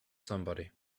somebody